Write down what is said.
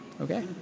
Okay